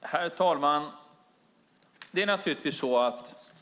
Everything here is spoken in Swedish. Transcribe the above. Herr talman!